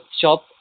shop